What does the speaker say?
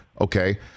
okay